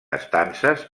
estances